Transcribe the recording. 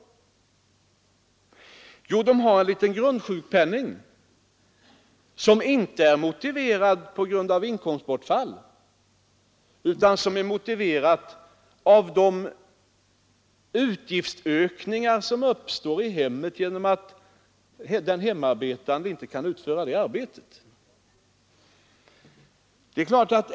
Jo, de har en liten grundsjukpenning som inte är motiverad av inkomstbortfall utan av de utgiftsökningar som uppstår i hemmet genom att den hemarbetande inte kan utföra sitt hemarbete.